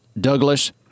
Douglas